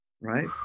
right